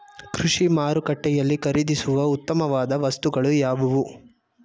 ಕೃಷಿ ಮಾರುಕಟ್ಟೆಯಲ್ಲಿ ಖರೀದಿಸುವ ಉತ್ತಮವಾದ ವಸ್ತುಗಳು ಯಾವುವು?